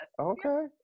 Okay